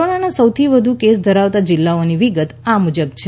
કોરોનાના સૌથી વધુ કેસ ધરાવતા જિલ્લાની વિગત આ મુજબ છે